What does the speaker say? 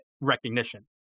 recognition